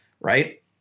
right